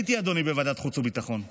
הייתי, אדוני, בוועדת חוץ וביטחון.